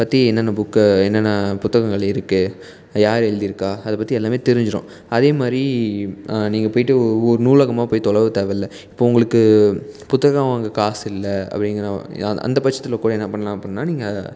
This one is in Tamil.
பற்றி என்னென்ன புக்கு என்னென்ன புத்தகங்கள் இருக்கு யாரு எழுதியிருக்கா அதை பற்றி எல்லாம் தெரிஞ்சிரும் அதே மாதிரி நீங்கள் போயிட்டு ஒவ்வொரு நூலகமாக போய் தொலவ தேவை இல்லை இப்போ உங்களுக்கு புத்தகம் வாங்க காசு இல்லை அப்படிங்கிற அந்த அந்த பட்சத்தில் கூட என்ன பண்ணலாம் அப்படின்னா நீங்கள் அதை